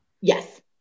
yes